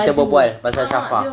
kita berbual pasal shafa